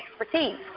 expertise